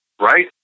right